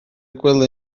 gwely